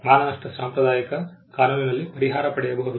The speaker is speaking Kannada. ಮಾನನಷ್ಟ ಸಾಂಪ್ರದಾಯಿಕ ಕಾನೂನಿನಲ್ಲಿ ಪರಿಹಾರ ಪಡೆಯಬಹುದು